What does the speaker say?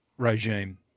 regime